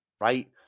right